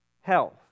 health